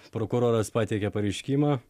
prokuroras pateikia pareiškimą